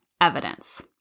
evidence